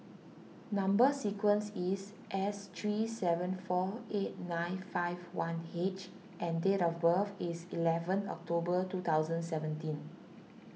Number Sequence is S three seven four eight nine five one H and date of birth is eleven October two thousand seventeen